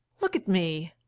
look at me!